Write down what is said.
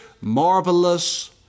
marvelous